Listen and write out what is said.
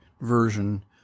version